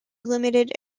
limited